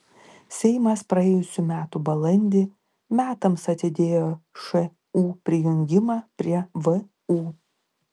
seimas praėjusių metų balandį metams atidėjo šu prijungimą prie vu